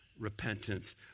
Repentance